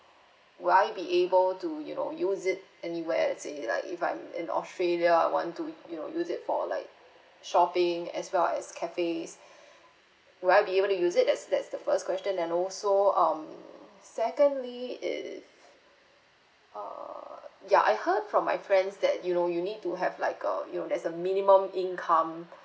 will I be able to you know use it anywhere as in like if I'm in australia I want to you know use it for like shopping as well as cafes will I be able to use it that's that's the first question and also um secondly is uh ya I heard from my friends that you know you need to have like a you know there's a minimum income